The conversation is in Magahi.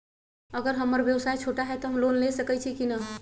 अगर हमर व्यवसाय छोटा है त हम लोन ले सकईछी की न?